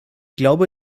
glaube